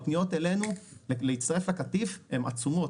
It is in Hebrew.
הפניות אלינו להצטרף לקטיף הן עצומות,